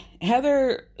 Heather